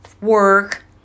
work